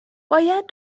باید